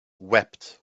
wept